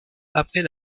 après